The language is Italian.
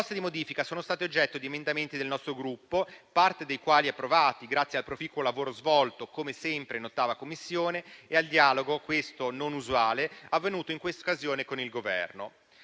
proposte di modifica sono state oggetto di emendamenti del nostro Gruppo, parte dei quali è stata approvata grazie al proficuo lavoro svolto come sempre in 8a Commissione e al dialogo avvenuto in questa occasione con il Governo